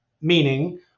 Meaning